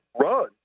run